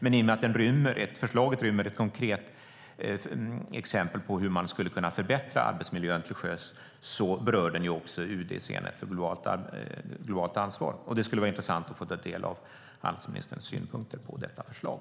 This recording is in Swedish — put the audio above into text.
Men i och med att förslaget rymmer ett konkret exempel på hur man skulle kunna förbättra arbetsmiljön till sjöss berör den också UD:s enhet för globalt ansvar. Det skulle vara intressant att få ta del av handelsministerns synpunkter på detta förslag.